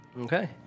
Okay